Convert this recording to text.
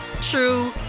true